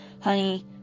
honey